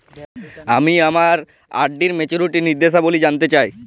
আমি আমার আর.ডি এর মাচুরিটি নির্দেশাবলী জানতে চাই